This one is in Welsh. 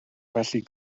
felly